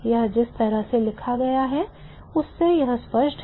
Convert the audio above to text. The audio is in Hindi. यह जिस तरह से लिखा गया है उससे यह स्पष्ट है